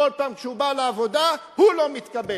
כל פעם כשהוא בא לעבודה הוא לא מתקבל.